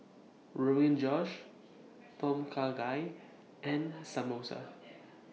Rogan Josh Tom Kha Gai and Samosa